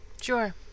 Sure